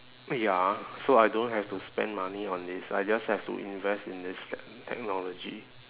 ya so I don't have to spend money on this I just have to invest in this tech~ technology